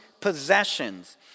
possessions